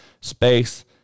space